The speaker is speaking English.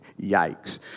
Yikes